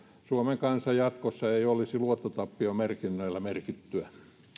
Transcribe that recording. suomen kansa jatkossa ei olisi luottotappiomerkinnöillä merkittyä